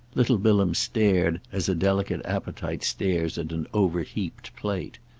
little bilham stared as a delicate appetite stares at an overheaped plate.